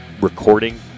recording